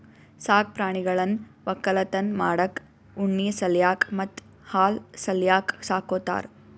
ಸಾಕ್ ಪ್ರಾಣಿಗಳನ್ನ್ ವಕ್ಕಲತನ್ ಮಾಡಕ್ಕ್ ಉಣ್ಣಿ ಸಲ್ಯಾಕ್ ಮತ್ತ್ ಹಾಲ್ ಸಲ್ಯಾಕ್ ಸಾಕೋತಾರ್